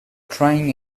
trying